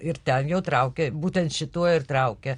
ir ten jau traukia būtent šituo ir traukia